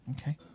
okay